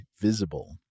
Visible